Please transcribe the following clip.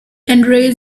enraged